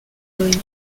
boy